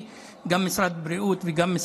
בבקשה.